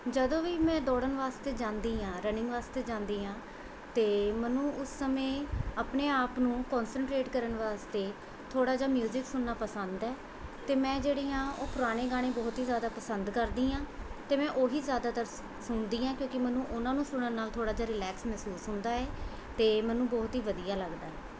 ਜਦੋਂ ਵੀ ਮੈਂ ਦੌੜਨ ਵਾਸਤੇ ਜਾਂਦੀ ਹਾਂ ਰਨਿੰਗ ਵਾਸਤੇ ਜਾਂਦੀ ਹਾਂ ਤਾਂ ਮੈਨੂੰ ਉਸ ਸਮੇਂ ਆਪਣੇ ਆਪ ਨੂੰ ਕੋਸੰਟਰੇਟ ਕਰਨ ਵਾਸਤੇ ਥੋੜ੍ਹਾ ਜਿਹਾ ਮਿਊਜ਼ਿਕ ਸੁਣਨਾ ਪਸੰਦ ਹੈ ਅਤੇ ਮੈਂ ਜਿਹੜੀ ਹਾਂ ਉਹ ਪੁਰਾਣੇ ਗਾਣੇ ਬਹੁਤ ਹੀ ਜ਼ਿਆਦਾ ਪਸੰਦ ਕਰਦੀ ਹਾਂ ਅਤੇ ਮੈਂ ਉਹੀ ਜ਼ਿਆਦਾਤਰ ਸ ਸੁਣਦੀ ਹਾਂ ਕਿਉਂਕਿ ਮੈਨੂੰ ਉਹਨਾਂ ਨੂੰ ਸੁਣਨ ਨਾਲ਼ ਥੋੜ੍ਹਾ ਜਿਹਾ ਰਿਲੈਕਸ ਮਹਿਸੂਸ ਹੁੰਦਾ ਏ ਅਤੇ ਮੈਨੂੰ ਬਹੁਤ ਹੀ ਵਧੀਆ ਲੱਗਦਾ ਏ